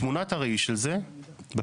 תמונת הראי של זה בפריפריה.